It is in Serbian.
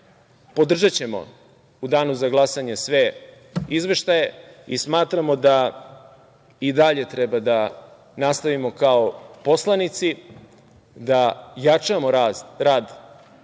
podržaćemo u danu za glasanje sve izveštaje i smatramo da i dalje treba da nastavimo kao poslanici da jačamo i